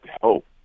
help